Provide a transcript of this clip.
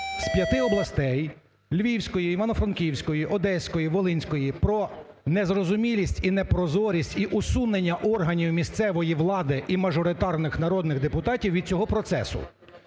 з п'яти областей: Львівської, Івано-Франківської, Одеської, Волинської – про незрозумілість і непрозорість, і усунення органів місцевої влади і мажоритарних народних депутатів від цього процесу.